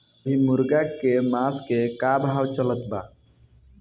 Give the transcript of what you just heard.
अभी मुर्गा के मांस के का भाव चलत बा?